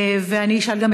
ואני אשאל גם,